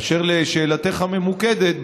אשר לשאלתך הממוקדת,